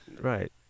right